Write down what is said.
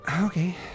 Okay